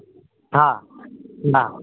हा हा